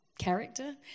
character